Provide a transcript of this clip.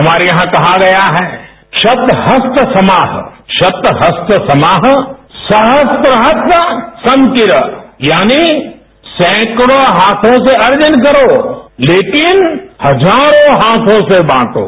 हमारे यहां कहा गया है शत हस्त समाहा शत हस्त समाहा सहस्त्र हस्त संकीरह यानी सैकड़ों हाथों से अर्जन करो लेकिन हजारों हाथों से बांटों